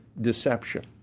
deception